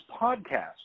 podcast